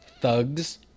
thugs